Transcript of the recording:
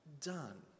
Done